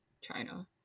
China